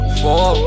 four